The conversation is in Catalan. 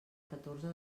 catorze